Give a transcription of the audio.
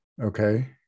okay